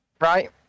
Right